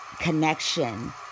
connection